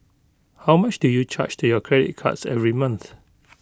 how much do you charge to your credit cards every month